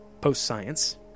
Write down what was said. post-science